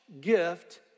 gift